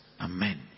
Amen